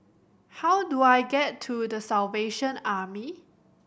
how do I get to The Salvation Army